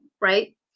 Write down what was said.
right